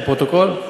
לפרוטוקול.